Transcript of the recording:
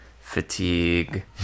fatigue